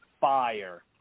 fire